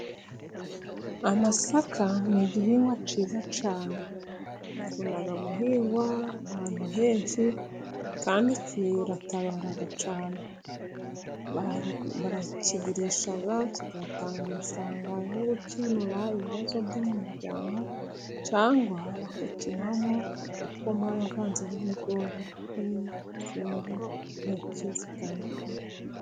Amasaka ni igihingwa cyiza cyane, gikunda guhingwa ahantu henshi kandi kiratabara cyane, barakigurisha kigatanga amafaranga yo gukemura ibibazo, byo mu muryango cyangwa bakakinywamo igikoma, bavanze ni ibigori, ni izindi mpeke zitandukanye.